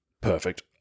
perfect